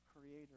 Creator